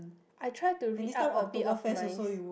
I try to read out a bit of mine